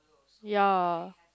ya